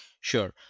Sure